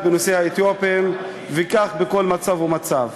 בנושא האתיופים וכך בכל מצב ומצב.